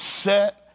set